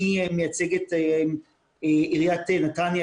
אני מייצג את עיריית נתניה,